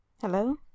Hello